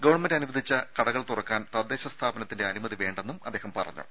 government അനുവദിച്ച കടകൾ തുറക്കാൻ തദ്ദേശ സ്ഥാപനത്തിന്റെ അനുമതി വേണ്ടെന്നും അദ്ദേഹം പറഞ്ഞു